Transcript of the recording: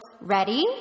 ready